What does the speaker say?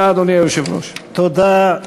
תודה,